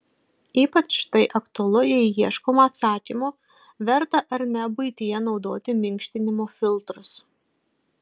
ypač tai aktualu jei ieškoma atsakymo verta ar ne buityje naudoti minkštinimo filtrus